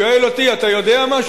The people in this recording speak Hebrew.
שואל אותי: אתה יודע משהו?